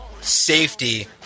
safety